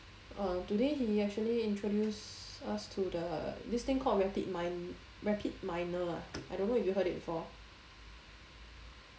err today he actually introduced us to the this thing called rapid mi~ rapid minor ah I don't know if you heard it before